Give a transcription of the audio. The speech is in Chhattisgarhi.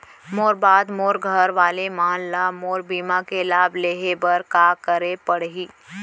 मोर बाद मोर घर वाला मन ला मोर बीमा के लाभ लेहे बर का करे पड़ही?